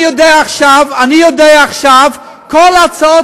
אני יודע עכשיו, אני יודע עכשיו: כל החוק,